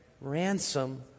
ransom